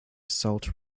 salt